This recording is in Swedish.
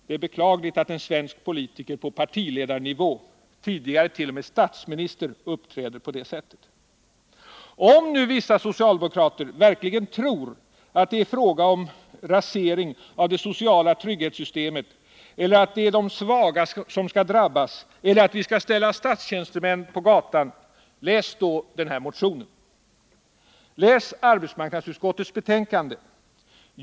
Det är beklagligt att en svensk politiker på partiledarnivå — tidigare t.o.m. statsminister — uppträder så. Om nu vissa socialdemokrater verkligen tror att det är fråga om en rasering av det sociala trygghetssystemet eller att det är de svaga som skall drabbas eller att vi skall ställa statstjänstemän på gatan — läs då min motion! Läs arbetsmarknadsutskottets betänkande!